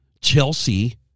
Chelsea